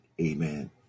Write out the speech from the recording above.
Amen